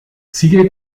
sigue